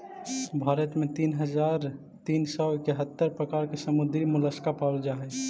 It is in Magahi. भारत में तीन हज़ार तीन सौ इकहत्तर प्रकार के समुद्री मोलस्का पाबल जा हई